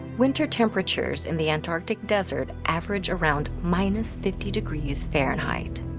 winter temperatures in the antarctic desert average around minus fifty degrees fahrenheit.